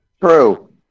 True